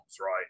right